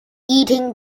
eating